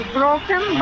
broken